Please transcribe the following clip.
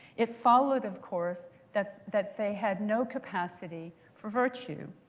it followed, of course, that that they had no capacity for virtue,